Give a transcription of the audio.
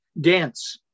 dance